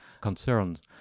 concerns